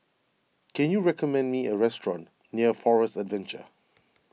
can you recommend me a restaurant near Forest Adventure